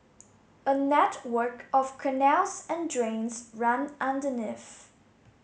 a network of canals and drains run underneath